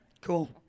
Cool